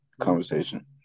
conversation